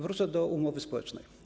Wrócę do umowy społecznej.